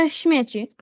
śmieci